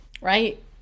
right